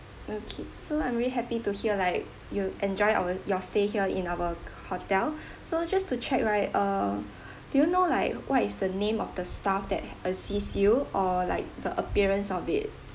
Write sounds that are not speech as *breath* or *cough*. okay so I'm really happy to hear like you enjoy our your stay here in our hotel *breath* so just to check right uh *breath* do you know like what is the name of the staff that assist you or like the appearance of it